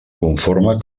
conforme